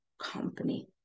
company